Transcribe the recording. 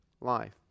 life